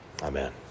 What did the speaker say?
Amen